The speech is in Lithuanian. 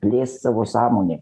plėst savo sąmonėj